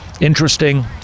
interesting